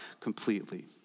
completely